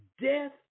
death